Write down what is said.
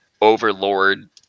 overlord